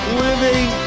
living